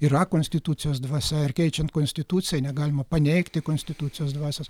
yra konstitucijos dvasia ir keičiant konstituciją negalima paneigti konstitucijos dvasios